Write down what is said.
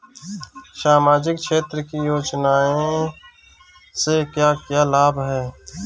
सामाजिक क्षेत्र की योजनाएं से क्या क्या लाभ है?